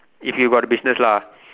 if you got a business lah